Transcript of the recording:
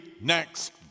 next